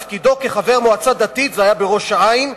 כחבר מועצה דתית, זה היה בראש-העין.